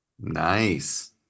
Nice